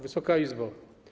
Wysoka Izbo!